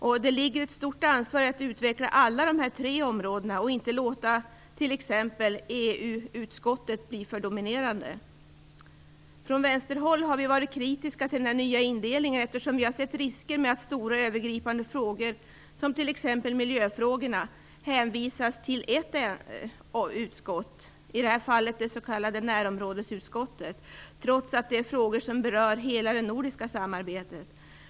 Det ligger ett stort ansvar i att utveckla alla tre områdena, och inte låta t.ex. EU-utskottet bli för dominerande. Från vänsterhåll har vi varit kritiska mot den nya indelningen eftersom vi har sett risker med att stora övergripande frågor, som miljöfrågorna, hänvisas till ett utskott - i det här fallet det s.k. närområdesutskottet - trots att det handlar om frågor som berör hela det nordiska samarbetet.